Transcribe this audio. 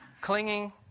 clinging